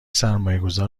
سرمایهگذار